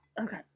Okay